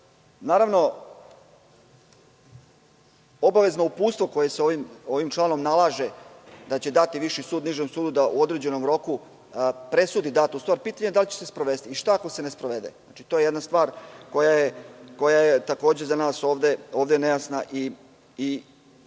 obavezno uputstvo koje se ovim članom nalaže da će dati viši sud nižem sudu da u određenom roku presudi datu stvar, pitanje je da li će se sprovesti. Šta ako se ne sprovede? To je jedna stvar koja je za nas takođe nejasna i sporna.U